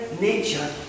nature